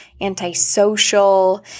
antisocial